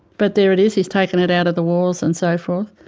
but there it is, he's taking it out the walls and so forth.